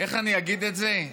איך אני אגיד את זה?